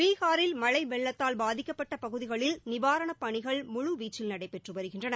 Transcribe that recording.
பீகாரில் மழை வெள்ளத்ததால் பாதிக்கப்பட்ட பகுதிகளில் நிவாரணப் பணிகள் முழுவீச்சில் நடைபெற்று வருகின்றன